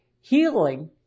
Healing